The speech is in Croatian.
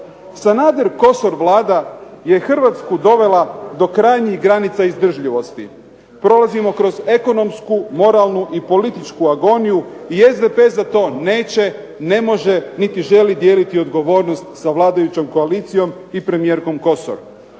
Sanader-Kosor Vlada je Hrvatsku dovela do krajnjih granica izdržljivosti. Prolazimo kroz ekonomsku, moralnu i političku agoniju i SDP za to neće, ne može niti želi dijeliti odgovornost sa vladajućom koalicijom i premijerkom Kosor.